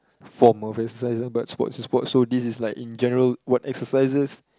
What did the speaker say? form of exercise ah but sports is sports so this is like in general what exercises